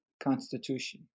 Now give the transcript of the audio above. constitution